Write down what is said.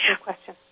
question